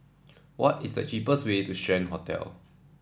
what is the cheapest way to Strand Hotel